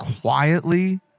quietly